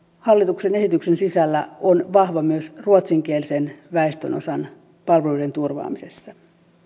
hallituksen esityksen sisällä on vahva myös ruotsinkielisen väestönosan palveluiden turvaamisessa